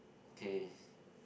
okay